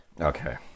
Okay